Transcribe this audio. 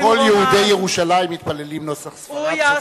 " כל יהודי ירושלים מתפללים נוסח ספרד.